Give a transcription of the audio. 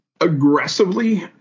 aggressively